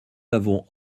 avons